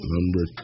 Number